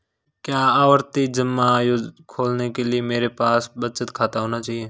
क्या आवर्ती जमा खोलने के लिए मेरे पास बचत खाता होना चाहिए?